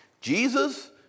Jesus